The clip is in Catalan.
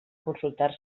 consultar